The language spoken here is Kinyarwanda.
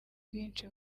bwinshi